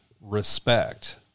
respect